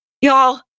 Y'all